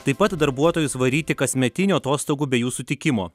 taip pat darbuotojus varyti kasmetinių atostogų be jų sutikimo